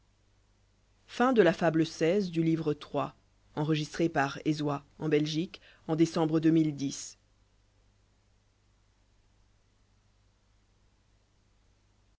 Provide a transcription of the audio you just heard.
livre iii diî